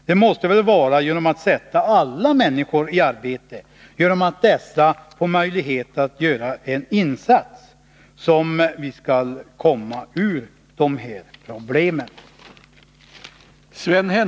Det måste väl vara genom att sätta alla människor i arbete, genom att de får möjlighet att göra en insats, som vi skall komma ur de här problemen.